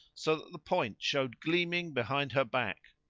so that the point showed gleaming behind her back.